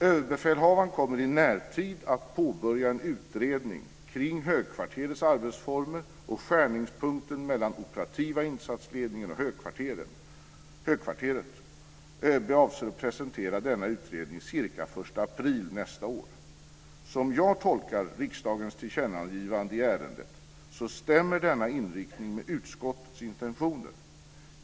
Överbefälhavaren kommer i en närtid att påbörja en utredning kring högkvarterets arbetsformer och skärningspunkten mellan den operativa insatsledningen och högkvarteret. ÖB avser att presentera denna utredning omkring den 1 april nästa år. Som jag tolkar riksdagens tillkännagivande i ärendet stämmer denna inriktning med utskottets intentioner.